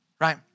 right